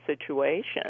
situation